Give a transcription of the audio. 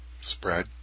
Spread